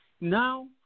Now